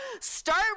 start